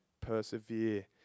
Persevere